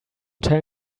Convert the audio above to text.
tell